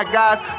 guys